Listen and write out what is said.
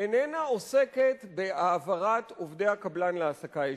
אינו עוסק בהעברת עובדי הקבלן להעסקה ישירה,